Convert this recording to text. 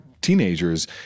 teenagers